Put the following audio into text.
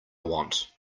want